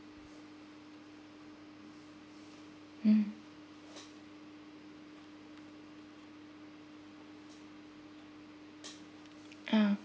mm ah